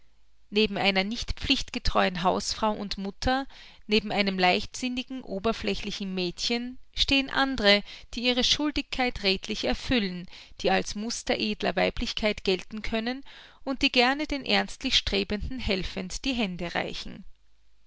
neben einer nicht pflichtgetreuen hausfrau und mutter neben einem leichtsinnigen oberflächlichen mädchen stehen andre die ihre schuldigkeit redlich erfüllen die als muster edler weiblichkeit gelten können und die gerne den ernstlich strebenden helfend die hände reichen